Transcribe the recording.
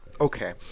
okay